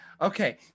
Okay